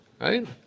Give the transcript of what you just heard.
right